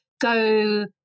go